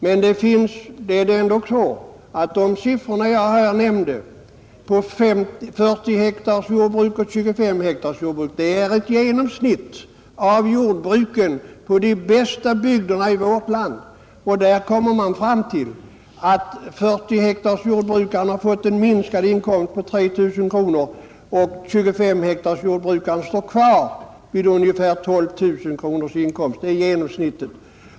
Men de siffror jag här nämnde för 40 hektars jordbruk och 25 hektars jordbruk visar ett genomsnitt av jordbruken i de bästa bygderna i vårt land. Där kommer man fram till att 40-hektarsjordbrukaren har fått en inkomstminskning på 3 000 kronor och 2S-hektarsjordbrukaren står kvar vid ungefär 12 000 kronors inkomst. Det är genomsnittet.